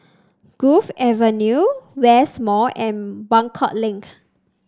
Grove Avenue West Mall and Buangkok Link